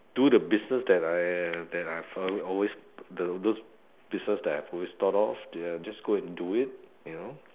do the business that I that I've always those those business that I have always thought of ya just go and do it you know